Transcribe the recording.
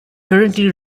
currently